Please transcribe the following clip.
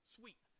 sweet